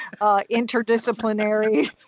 interdisciplinary